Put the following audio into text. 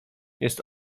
jest